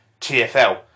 TFL